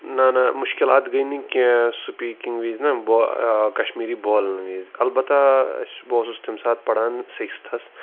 نہ نہ مُشکِلات گٔے نہٕ کینٛہہ سُپیٖکِنٛگ وِزنا بہ کَشمیٖری بولَنہٕ وِزِ اَلبَتہ اَسہِ بہٕ اوسُس تَمہِ ساتہِ پَران سِکِستھَس